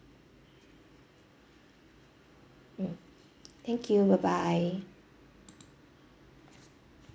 mm thank you bye bye